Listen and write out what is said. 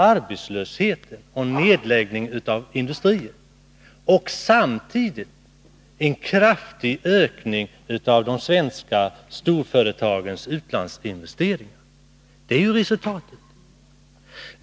Arbetslösheten och nedläggningen av industrier har ökat våldsamt, samtidigt med en kraftig höjning av de svenska storföretagens utlandsinvesteringar. Det är ju resultatet.